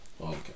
Okay